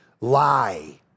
lie